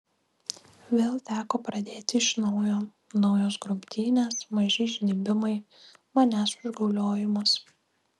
vėl teko pradėti iš naujo naujos grumtynės maži įžnybimai manęs užgauliojimas